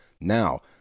now